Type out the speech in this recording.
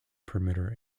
perimeter